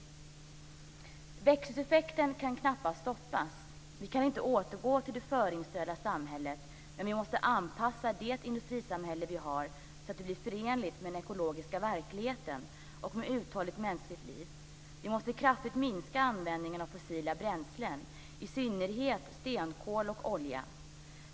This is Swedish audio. Växthuseffekten kan knappast stoppas. Vi kan inte återgå till det förindustriella samhället, men vi måste anpassa det industrisamhälle vi har så att det blir förenligt med den ekologiska verkligheten och med uthålligt mänskligt liv. Vi måste kraftigt minska användningen av fossila bränslen, i synnerhet stenkol och olja.